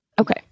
Okay